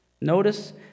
Notice